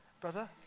Brother